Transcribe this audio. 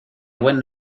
buen